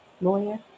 Lawyer